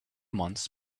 months